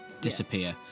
disappear